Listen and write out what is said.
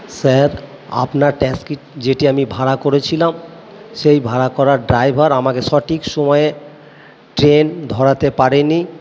sir আপনার taxi যেটি আমি ভাড়া করেছিলাম সেই ভাড়া করা ড্রাইভার আমাকে সঠিক সময়ে ট্রেন ধরাতে পারেনি